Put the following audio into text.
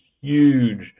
huge